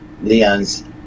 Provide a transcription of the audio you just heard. Leon's